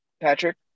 Patrick